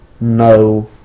no